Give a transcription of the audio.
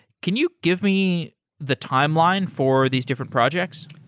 can you give me the timeline for these different projects?